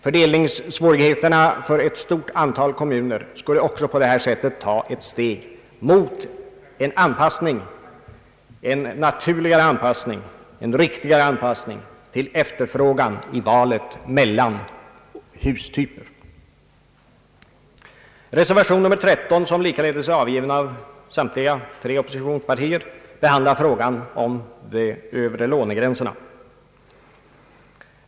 Fördelningssvårigheterna för ett stort antal kommuner skulle minska och man skulle därmed också ta ett steg mot en naturligare och riktigare anpassning till efterfrågan i valet mellan hustyper. Reservation nr 13 som likaledes är avgiven av samtliga tre oppositionspartier behandlar frågan om övre lånegränserna.